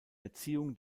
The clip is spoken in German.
erziehung